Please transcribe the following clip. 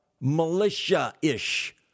militia-ish